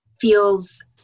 feels